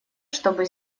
чтобы